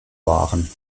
waren